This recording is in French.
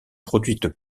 produites